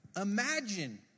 imagine